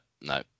no